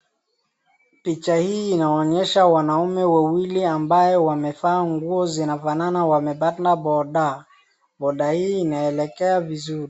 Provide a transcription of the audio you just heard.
Picha hii inaonyesha wanaume wawili ambao wamevaa nguo zinafanana wamepanda boda. Boda hii inaelekea vizuri.